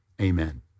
Amen